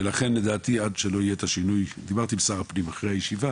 דיברתי עם שר הפנים אחרי הישיבה